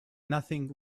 nothing